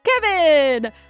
Kevin